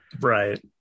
right